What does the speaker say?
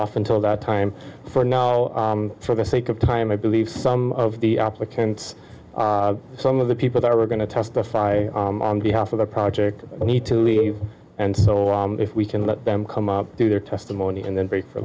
off until that time for now for the sake of time i believe some of the applicants some of the people that are going to testify on behalf of the project need to leave and so if we can let them come up to their testimony and then break for